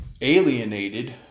alienated